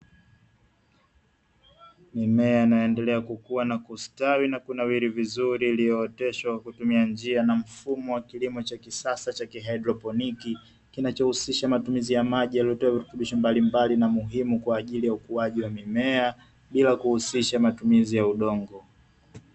Mimea inayoendelea kukua na kusitawi na kunawiri vizuri, iliyooteshwa kwa kutumia njia na mfumo wa kilimo cha kisasa cha haidroponi, kinachohusisha matumizi ya maji yaliyotiwa virutubisho mbalimbali na muhimu kwa ajili ya ukuaji wa mimea, bila kuhusisha matumizi ya udongo.